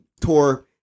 tour